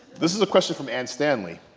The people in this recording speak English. this is a question from ann stanley,